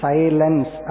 Silence